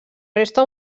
resta